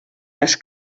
les